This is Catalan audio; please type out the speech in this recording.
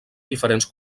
diferents